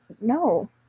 no